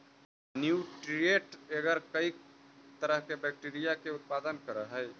nutrient agar कईक तरह के बैक्टीरिया के उत्पादन करऽ हइ